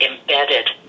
embedded